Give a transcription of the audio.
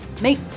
make